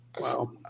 Wow